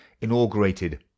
inaugurated